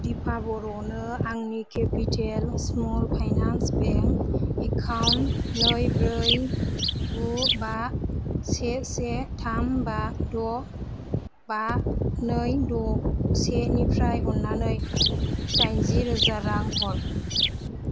दिपा बर'नो आंनि capital small finance bank account नै ब्रै गु बा से से थाम बा द' बा नै द' सेनिफ्राय अन्नानै दाइनजि रोजा रां हर